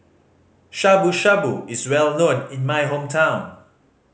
Shabu Shabu is well known in my hometown